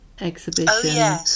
exhibition